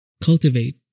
cultivate